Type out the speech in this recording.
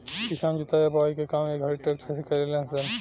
किसान जोताई आ बोआई के काम ए घड़ी ट्रक्टर से करेलन स